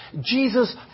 Jesus